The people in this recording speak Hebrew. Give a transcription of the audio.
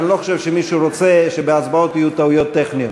אבל אני לא חושב שמישהו רוצה שבהצבעות יהיו טעויות טכניות.